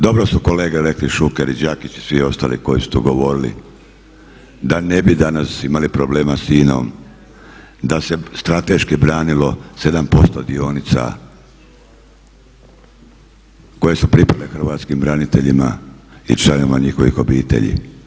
Dobro su kolege rekli Šuker i Đakić i svi ostali koji su tu govorili da ne bi danas imali problema sa INA-om, da se strateški branilo 7% dionica koje su pripale hrvatskim braniteljima i članovima njihovih obitelji.